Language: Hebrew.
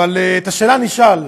אבל את השאלה אני אשאל.